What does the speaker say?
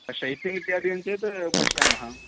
size इत्यादिकं चेत् पश्यामः